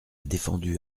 défendu